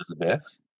elizabeth